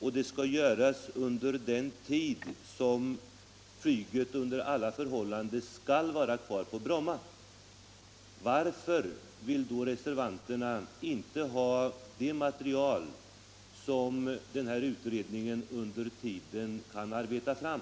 och skall göras under den tid som flyget under alla förhållanden skall vara kvar på Bromma, varför vill då reservanterna inte ha det material som utredningen under tiden kan arbeta fram?